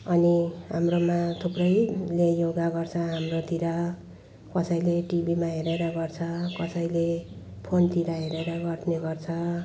अनि हाम्रोमा थुप्रैले योगा गर्छ हाम्रोतिर कसैले टिभीमा हेरेर गर्छ कसैले फोनतिर हेरेर गर्ने गर्छ